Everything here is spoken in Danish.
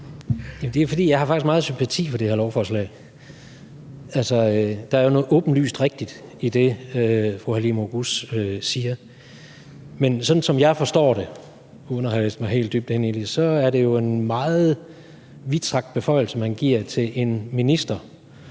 har meget sympati for det her lovforslag. Der er jo noget åbenlyst rigtigt i det, fru Halime Oguz siger, men sådan som jeg forstår det, uden at have læst mig helt dybt ind i det, er det en meget vidtstrakt beføjelse, man giver til en minister.